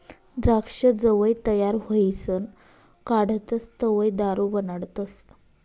द्राक्ष जवंय तयार व्हयीसन काढतस तवंय दारू बनाडतस